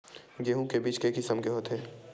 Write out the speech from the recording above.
गेहूं के बीज के किसम के होथे?